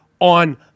On